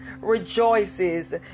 rejoices